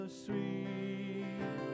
sweet